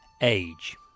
age